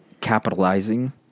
capitalizing